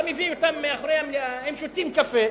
אתה מביא אותם מאחורי המליאה, הם שותים קפה.